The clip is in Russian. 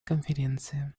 конференции